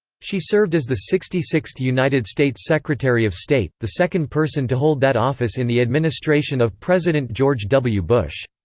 she served as the sixty sixth united states secretary of state, the second person to hold that office in the administration of president george w. bush.